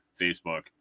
Facebook